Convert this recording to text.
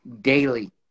daily